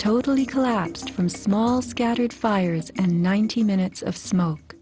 totally collapsed from small scattered fires and ninety minutes of smoke